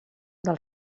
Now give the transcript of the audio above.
del